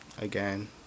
Again